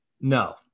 No